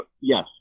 yes